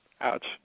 Ouch